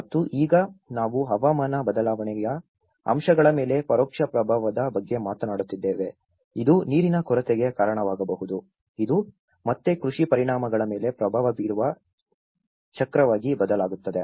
ಮತ್ತು ಈಗ ನಾವು ಹವಾಮಾನ ಬದಲಾವಣೆಯ ಅಂಶಗಳ ಮೇಲೆ ಪರೋಕ್ಷ ಪ್ರಭಾವದ ಬಗ್ಗೆ ಮಾತನಾಡುತ್ತಿದ್ದೇವೆ ಇದು ನೀರಿನ ಕೊರತೆಗೆ ಕಾರಣವಾಗಬಹುದು ಇದು ಮತ್ತೆ ಕೃಷಿ ಪರಿಣಾಮಗಳ ಮೇಲೆ ಪ್ರಭಾವ ಬೀರುವ ಚಕ್ರವಾಗಿ ಬದಲಾಗುತ್ತದೆ